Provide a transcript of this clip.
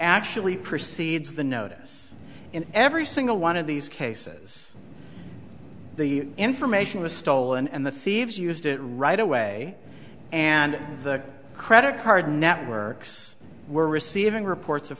actually precedes the notice in every single one of these cases the information was stolen and the thieves used it right away and the credit card networks were receiving reports of